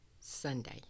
Sunday